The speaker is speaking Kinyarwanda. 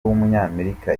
w’umunyamerika